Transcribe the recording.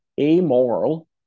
amoral